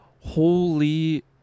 Holy